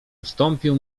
ustąpił